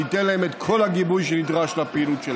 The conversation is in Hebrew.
אתן להם את כל הגיבוי שנדרש לפעילות שלהם.